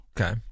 okay